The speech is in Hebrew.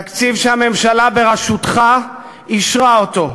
תקציב שהממשלה בראשותך אישרה אותו.